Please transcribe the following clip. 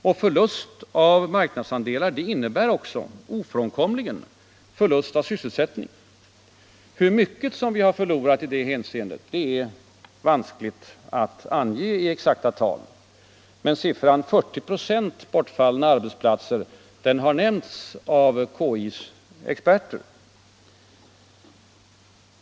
Och förlust av marknadsandelar innebär ofrånkomligen förlust av sysselsättning. Hur mycket vi förlorat i det hänseendet är vanskligt att ange i exakta tal, men siffran 40 000 bortfallna arbetsplatser har nämnts av konjunkturinstitutets experter.